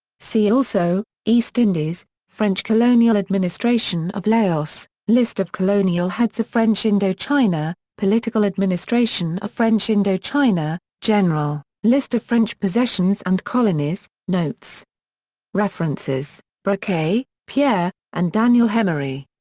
see also east indies french colonial administration of laos list of colonial heads of french indochina political administration of french indochina general list of french possessions and colonies notes references brocheux, pierre, and daniel hemery.